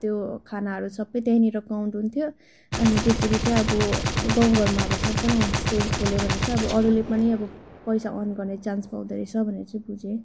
त्यो खानाहरू सबै त्यहीँनिर काउन्ट हुन्थ्यो अनि त्यसरी चाहिँ अब गाँउघरमा अब सानो सानो होमस्टेहरू खोल्यो भने चाहिँ अब अरूले पनि अब पैसा अर्न गर्ने चान्स पाउँदा रहेछ भन्ने बुझे है